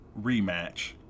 rematch